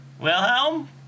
Wilhelm